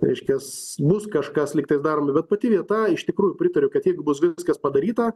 reiškias bus kažkas lyg tai darome bet pati vieta iš tikrųjų pritariu kad jeigu bus gerai viskas padaryta